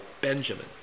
Benjamin